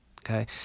Okay